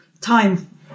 time